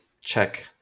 check